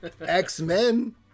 X-Men